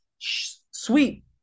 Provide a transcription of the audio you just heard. sweet